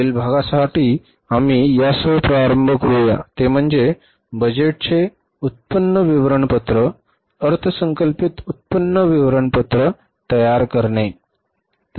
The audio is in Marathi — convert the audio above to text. पुढील भागासाठी आम्ही यासह प्रारंभ करूया ते म्हणजे बजेटचे उत्पन्न विवरणपत्र अर्थसंकल्पित उत्पन्न विवरणपत्र तयार करणे